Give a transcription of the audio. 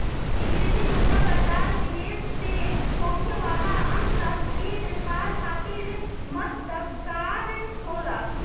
विदेशी मुद्रा बाजार, विदेश से होखे वाला अंतरराष्ट्रीय व्यापार खातिर मददगार होला